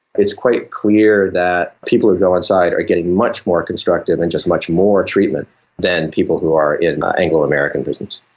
it's quite clear that people who go inside are getting much more constructive and just much more treatment than people who are in anglo-american prisons.